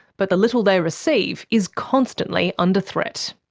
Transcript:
but the little they receive is constantly under threat.